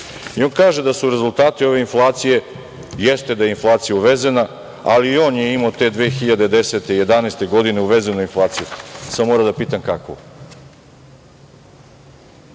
kaže da su rezultati ove inflacije, jeste da je inflacija uvezena, ali i on je imao te 2010. i 2011. godine uvezenu inflaciju, samo moram da pitam kakvu?